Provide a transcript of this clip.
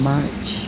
March